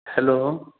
hello